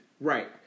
right